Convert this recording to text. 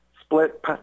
split